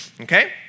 okay